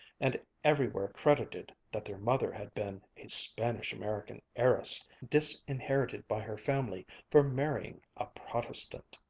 and everywhere credited, that their mother had been a spanish-american heiress, disinherited by her family for marrying a protestant.